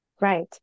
Right